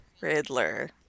Riddler